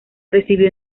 recibió